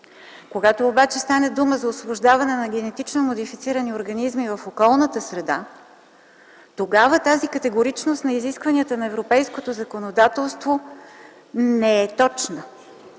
Когато обаче стане дума за освобождаване на ГМО в околната среда, тогава тази категоричност на изискванията на европейското законодателство не е точна.